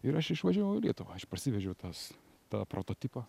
ir aš išvažiavau į lietuvą aš parsivežiau tas tą prototipą